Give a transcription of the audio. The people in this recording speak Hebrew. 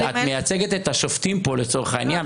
את מייצגת את השופטים פה לצורך העניין,